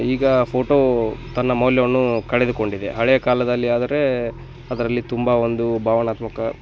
ಈಗ ಫೋಟೋ ತನ್ನ ಮೌಲ್ಯವನ್ನು ಕಳೆದುಕೊಂಡಿದೆ ಹಳೆಯ ಕಾಲದಲ್ಲಿ ಆದರೆ ಅದರಲ್ಲಿ ತುಂಬ ಒಂದು ಭಾವನಾತ್ಮಕ